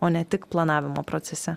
o ne tik planavimo procese